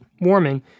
warming